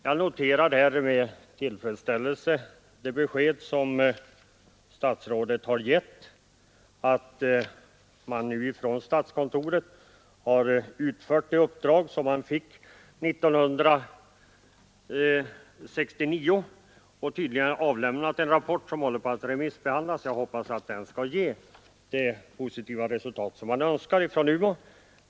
Jag noterar med tillfredsställelse det besked som statsrådet har givit, att statskontoret har utfört det uppdrag som det fick 1969 och tydligen har lämnat en rapport som för närvarande remissbehandlas. Jag hoppas att den skall ge ett positivt resultat för Umeå universitet.